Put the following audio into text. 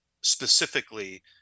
specifically